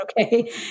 Okay